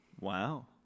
Wow